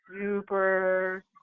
super